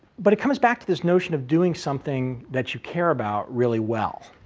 but it comes back to this notion of doing something that you care about really well.